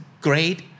great